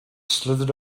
slithered